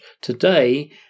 today